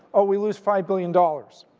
oh we lose five billion dollars.